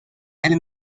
elle